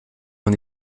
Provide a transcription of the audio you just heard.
mon